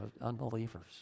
unbelievers